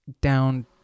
down